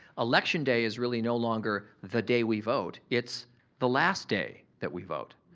election day is really no longer the day we vote. it's the last day that we vote,